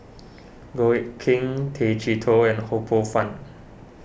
Goh Eck Kheng Tay Chee Toh and Ho Poh Fun